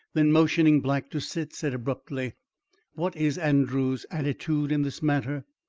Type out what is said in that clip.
then motioning black to sit, said abruptly what is andrews' attitude in this matter?